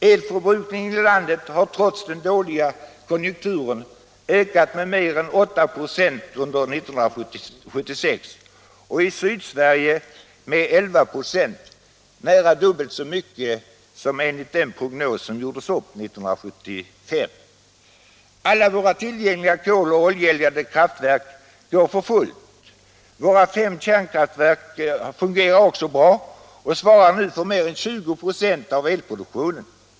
Elförbrukningen i landet har trots den dåliga konjunkturen ökat med mer än 8 96 under 1976 — i Sydsverige med 11 96, nära dubbelt så mycket som angavs i den prognos som gjordes upp 1975. Alla våra tillgängliga koloch oljeeldade kraftverk går för fullt. Också våra fem kärnkraftverk fungerar bra och svarar nu för mer än 20 96 av elproduktionen.